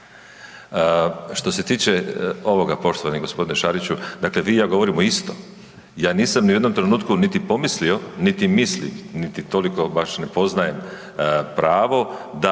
Što se tiče ovoga, poštovani g. Šariću, dakle, vi i ja govorimo isto. Ja nisam ni u jednom trenutku niti pomislio niti mislim niti toliko baš ne poznajem pravo da